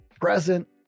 present